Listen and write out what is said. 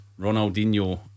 Ronaldinho